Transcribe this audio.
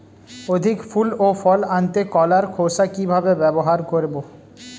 অধিক ফুল ও ফল আনতে কলার খোসা কিভাবে ব্যবহার করব?